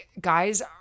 guys